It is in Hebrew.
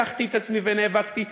לקחתי את עצמי ונאבקתי,